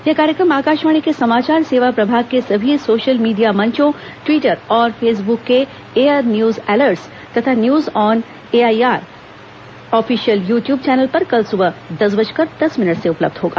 यह कार्यक्रम आकाशवाणी के समाचार सेवा प्रभाग के सभी सोशल मीडिया मंचों ट्वीटर और फेसबुक के एयरन्यूजएलर्टस तथा news on A I R official YouTube channel पर कल सुबह दस बजकर दस मिनट से उपलब्ध होगा